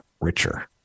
richer